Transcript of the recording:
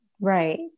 right